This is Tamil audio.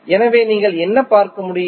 எனவே நீங்கள் என்ன பார்க்க முடியும்